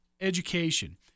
education